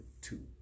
two